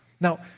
Now